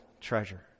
treasure